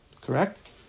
Correct